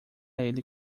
ele